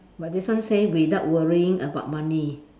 but this one say without worrying about money